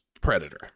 predator